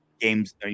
games